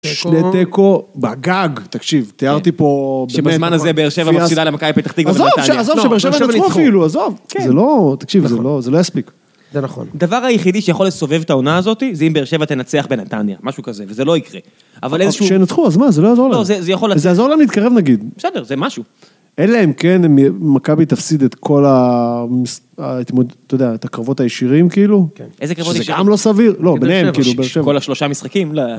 שני תקו, בגג, תקשיב, תיארתי פה... שבזמן הזה באר שבע מפסידה למכבי פתח תקווה בנתניה. עזוב, עזוב, שבאר שבע ינצחו, כאילו, עזוב. זה לא, תקשיב, זה לא יספיק. זה נכון. דבר היחידי שיכול לסובב את העונה הזאת זה אם באר שבע תנצח בנתניה, משהו כזה, וזה לא יקרה. אבל איזשהו... שינצחו, אז מה? זה לא יעזור להם. זה יעזור להם להתקרב, נגיד. בסדר, זה משהו. אלא הם... מכבי תפסיד את כל ה... אתה יודע, את הקרבות הישירים, כאילו. איזה קרבות ישירים? שזה גם לא סביר, לא, ביניהם, כאילו, באר שבע. את כל השלושה משחקים? לאא...